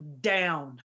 down